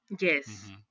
Yes